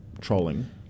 Trolling